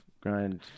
Grind